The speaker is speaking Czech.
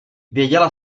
věděla